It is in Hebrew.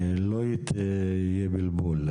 כדי שלא יהיה בלבול,